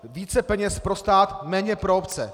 Více peněz pro stát, méně pro obce.